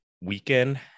weekend